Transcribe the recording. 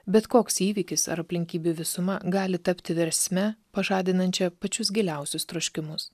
bet koks įvykis ar aplinkybių visuma gali tapti versme pažadinančia pačius giliausius troškimus